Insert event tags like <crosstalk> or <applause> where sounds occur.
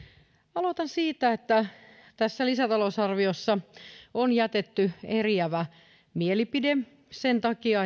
aloitan siitä että tässä lisätalousarviossa on jätetty eriävä mielipide vastalause sen takia <unintelligible>